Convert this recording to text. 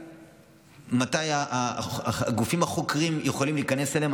מתי הגופים החוקרים יכולים להיכנס אליהם.